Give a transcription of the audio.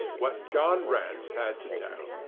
what john rance had to tell.